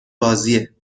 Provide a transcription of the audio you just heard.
بازیه